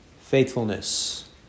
faithfulness